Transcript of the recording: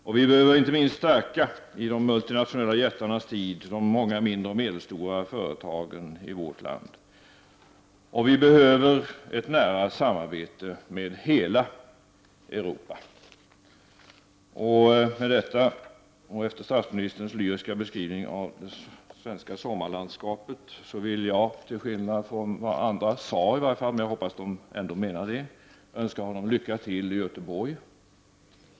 Inte minst behöver vi i de multinationella jättarnas tid stärka de många små och medelstora företagen i vårt land. Slutligen behöver vi ett nära samarbete med hela Europa. Efter statsministerns lyriska beskrivning av det svenska sommarlandska pet vill jag med detta — till skillnad från vad de andra sade, men jag hoppas att de ändå instämmer — önska honom lycka till i Göteborg.